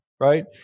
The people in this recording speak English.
right